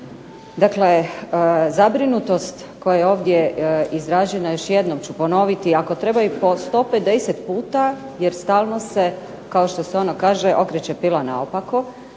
Dakle, zabrinutost koja je ovdje izražena još jednom ću ponoviti ako treba i po 150 puta jer stalno se kao što se ono kaže okreće pila naopako.